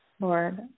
Lord